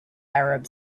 arab